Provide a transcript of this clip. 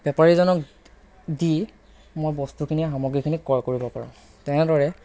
বেপাৰীজনক দি মই বস্তুখিনি সামগ্ৰীখিনি ক্ৰয় কৰিব পাৰোঁ তেনে দৰে